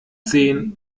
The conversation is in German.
zehn